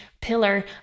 pillar